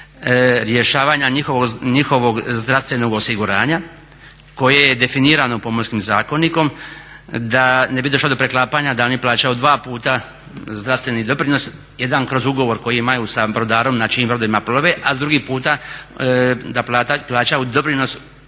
rješavanja njihovog zdravstvenog osiguranja koje je definirano Pomorskim zakonikom da ne bi došlo do preklapanja da oni plaćaju dva puta zdravstveni doprinos, jedan kroz ugovor koji imaju sa brodarom na čijim brodovima plove a drugi puta da plaćaju doprinos